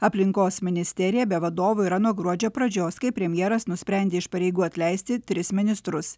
aplinkos ministerija be vadovo yra nuo gruodžio pradžios kai premjeras nusprendė iš pareigų atleisti tris ministrus